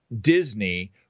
Disney –